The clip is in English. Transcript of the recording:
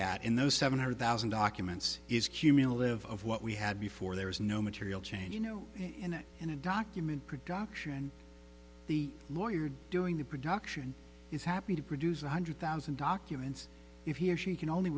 at in those seven hundred thousand documents is cumulative of what we had before there is no material change you know in a in a document production the lawyer doing the production is happy to produce one hundred thousand documents if he or she can only